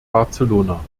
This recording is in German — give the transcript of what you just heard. barcelona